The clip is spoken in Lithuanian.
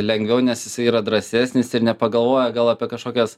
lengviau nes jisai yra drąsesnis ir nepagalvoja gal apie kažkokias